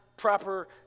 Proper